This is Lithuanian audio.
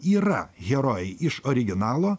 yra herojai iš originalo